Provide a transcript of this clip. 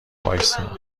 وایستا